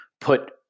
put